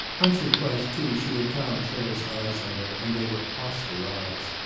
once or twice, too, she had found clare's eyes on her, and they were hostile eyes.